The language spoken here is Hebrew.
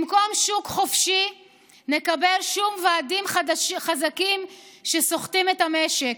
במקום שוק חופשי נקבל שוב ועדים חזקים שסוחטים את המשק,